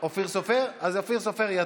אז אופיר סופר יתחיל.